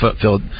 filled